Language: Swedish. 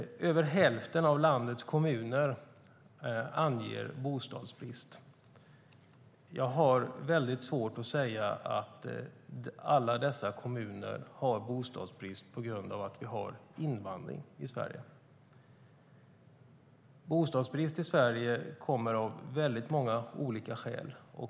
Över hälften av landets kommuner anger att de har bostadsbrist. Jag har mycket svårt att säga att alla dessa kommuner har bostadsbrist på grund av att vi har invandring till Sverige. Bostadsbristen i Sverige finns av många olika skäl.